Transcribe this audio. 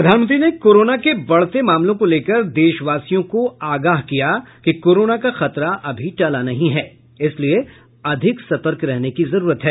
प्रधानमंत्री ने कोरोना के बढ़ते मामलों को लेकर देशवासियों को आगाह किया कि कोरोना का खतरा अभी टला नहीं है इसलिए अधिक सतर्क रहने की जरूरत है